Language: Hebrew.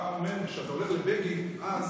כשאתה הולך לבגין אז,